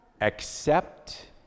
accept